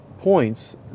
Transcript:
points